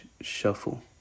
shuffle